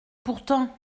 pourtant